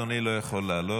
סליחה, אדוני לא יכול לעלות.